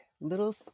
little